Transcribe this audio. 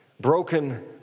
broken